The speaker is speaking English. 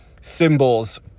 symbols